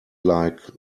like